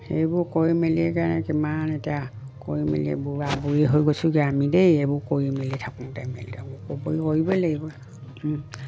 সেইবোৰ কৰি মেলি কাৰণে কিমান এতিয়া কৰি মেলি বুঢ়া বুঢ়ি হৈ গৈছোগৈ আমি দেই এইবোৰ কৰি মেলি থাকোতে মেলোতে ক'ব কৰিবই লাগিব